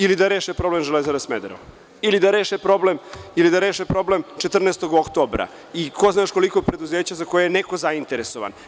Ili da reše problem Železare Smederevo, ili da reše problem 14. oktobra i ko zna još koliko preduzeća za koje je neko zainteresovan.